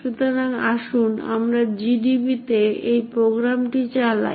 সুতরাং আসুন আমরা GDB তে প্রোগ্রামটি চালাই